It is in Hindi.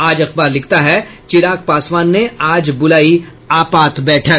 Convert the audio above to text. आज अखबार लिखता है चिराग पासवान ने आज बुलाई आपात बैठक